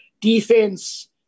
defense